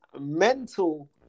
mental